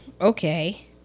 okay